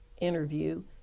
interview